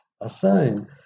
assign